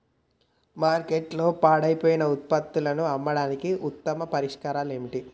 మార్కెట్లో పాడైపోయిన ఉత్పత్తులను అమ్మడానికి ఉత్తమ పరిష్కారాలు ఏమిటి?